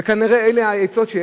וכנראה אלה העצות.